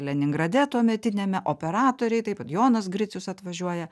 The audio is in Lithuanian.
leningrade tuometiniame operatoriai taip pat jonas gricius atvažiuoja